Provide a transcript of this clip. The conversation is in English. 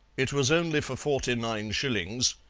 it was only for forty-nine shillings,